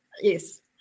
yes